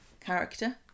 character